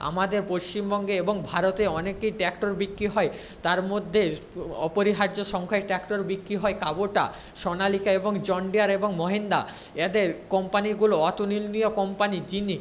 আমাদের পশ্চিমবঙ্গে এবং ভারতে অনেকেই ট্র্যাক্টর বিক্রি হয় তার মধ্যে অপরিহার্য সংখ্যায় ট্র্যাক্টর বিক্রি হয় কাবোটা সোনালিকা এবং জন ডিয়ার এবং মহিন্দ্রা এদের কোম্পানিগুলো অতুলনীয় কোম্পানি যিনি